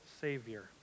savior